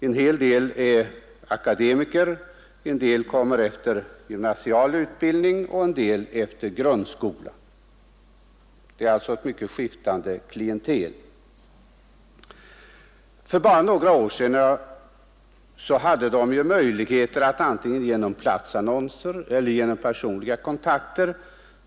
En hel del är akademiker, en del kommer efter gymnasial utbildning och en del efter grundskola. Det är alltså ett mycket skiftande klientel. För bara några år sedan hade sådana ungdomar möjligheter att få jobb genom platsannonser eller genom personliga kontakter.